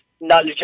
knowledge